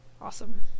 Awesome